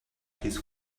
his